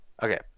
Okay